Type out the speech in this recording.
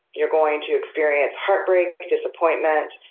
you're going to experience heartbreak, disappointment,